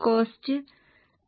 ഈ 746 എങ്ങനെയാണ് കണക്കാക്കുന്നത്